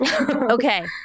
Okay